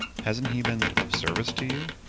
hasn't he been of service to you?